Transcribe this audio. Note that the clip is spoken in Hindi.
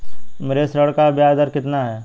मेरे ऋण का ब्याज कितना है?